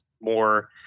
more